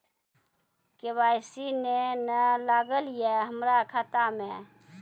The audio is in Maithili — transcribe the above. के.वाई.सी ने न लागल या हमरा खाता मैं?